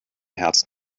herzen